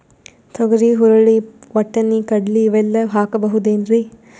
ತೊಗರಿ, ಹುರಳಿ, ವಟ್ಟಣಿ, ಕಡಲಿ ಇವೆಲ್ಲಾ ಹಾಕಬಹುದೇನ್ರಿ?